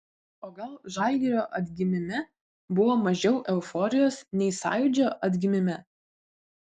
o gal žalgirio atgimime buvo mažiau euforijos nei sąjūdžio atgimime